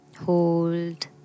hold